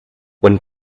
when